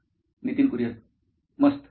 Nitin Kurien COO nine electronics मस्त